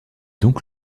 donc